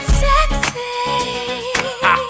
sexy